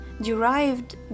derived